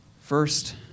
First